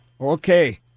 Okay